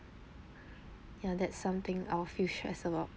ya that's something I will feel stress about